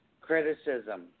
criticism